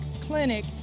clinic